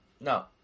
No